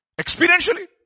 Experientially